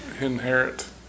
inherit